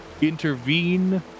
intervene